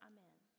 Amen